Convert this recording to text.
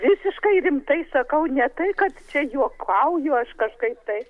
visiškai rimtai sakau ne tai kad čia juokauju aš kažkaip tai